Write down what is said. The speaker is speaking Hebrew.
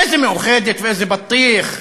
איזה מאוחדת ואיזה בטיח.